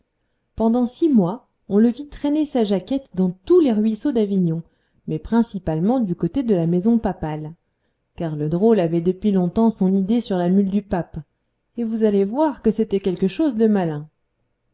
pendant six mois on le vit traîner sa jaquette dans tous les ruisseaux d'avignon mais principalement du côté de la maison papale car le drôle avait depuis longtemps son idée sur la mule du pape et vous allez voir que c'était quelque chose de malin